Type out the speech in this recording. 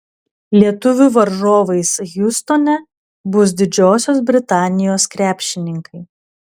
lietuvių varžovais hjustone bus didžiosios britanijos krepšininkai